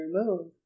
remove